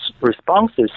responses